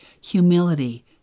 humility